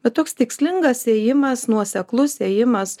bet toks tikslingas ėjimas nuoseklus ėjimas